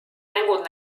mängud